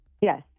Yes